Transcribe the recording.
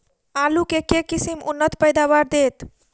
आलु केँ के किसिम उन्नत पैदावार देत?